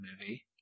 movie